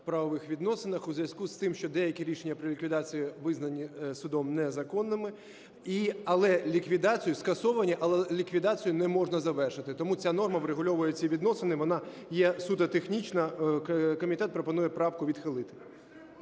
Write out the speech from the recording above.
у зв'язку з тим, що деякі рішення про ліквідацію визнані судом незаконними, але ліквідацію… скасовані, але ліквідацію не можна завершити. Тому ця норма врегульовує ці відносини, вона є суто технічна. Комітет пропонує правку відхилити.